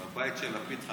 הבית של לפיד,